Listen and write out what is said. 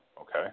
Okay